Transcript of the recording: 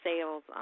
sales